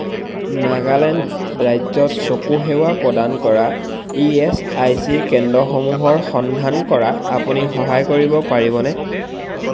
নাগালেণ্ড ৰাজ্যত চকু সেৱা প্ৰদান কৰা ই এছ আই চি কেন্দ্ৰসমূহৰ সন্ধান কৰাত আপুনি সহায় কৰিব পাৰিবনে